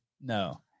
No